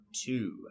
two